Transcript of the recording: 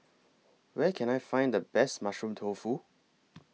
Where Can I Find The Best Mushroom Tofu